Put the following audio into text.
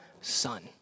son